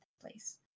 place